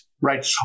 Right